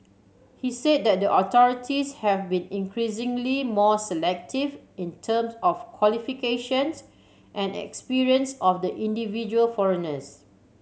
he said that the authorities have been increasingly more selective in terms of qualifications and experience of the individual foreigners